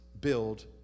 build